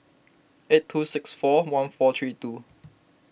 eight two six four one four three two